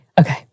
Okay